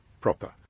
proper